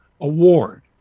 award